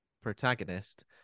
protagonist